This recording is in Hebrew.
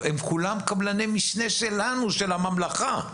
הם כולם קבלני משנה שלנו, של הממלכה.